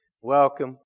Welcome